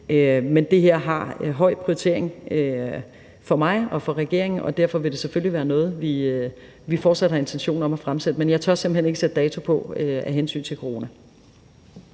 Men det her har en høj prioritet hos mig og regeringen, og derfor vil det selvfølgelig være noget, vi fortsat har intention om at fremsætte lovforslag om. Men jeg tør simpelt hen ikke sætte dato på af hensyn til corona.